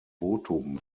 votum